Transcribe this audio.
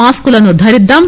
మాస్కులను ధరిద్దాం